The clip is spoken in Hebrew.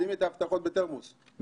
שימי את ההבטחות בתרמוס.